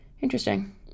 Interesting